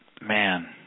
Man